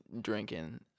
drinking